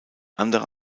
andere